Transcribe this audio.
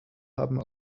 haben